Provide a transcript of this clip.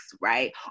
right